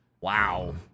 Wow